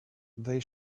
they